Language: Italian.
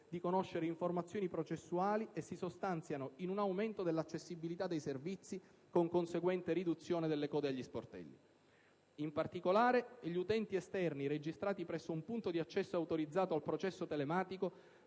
di conoscere informazioni processuali, e si sostanziano in un aumento dell'accessibilità dei servizi, con conseguente riduzione delle code agli sportelli. In particolare, gli utenti esterni registrati presso un punto di accesso autorizzato al processo telematico